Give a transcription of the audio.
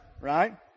right